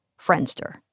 Friendster